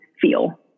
feel